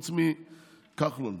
חוץ מכחלון,